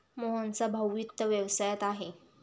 मोहनचा भाऊ वित्त व्यवसायात आहे